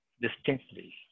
distinctly